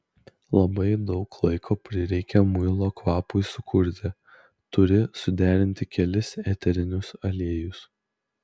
labai daug laiko prireikia muilo kvapui sukurti turi suderinti kelis eterinius aliejus